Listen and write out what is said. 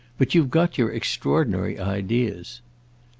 but you've got your extraordinary ideas.